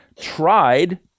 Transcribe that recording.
tried